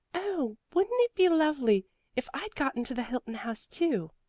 oh, wouldn't it be lovely if i'd got into the hilton house too!